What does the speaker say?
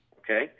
Okay